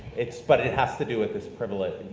it's, but it has to do with this privilege,